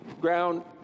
ground